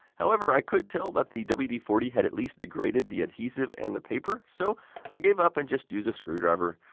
however, i could tell that the wd forty had at least degraded the adhesive and the paper. so i gave up and just used a screwdriver.